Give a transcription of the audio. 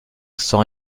sans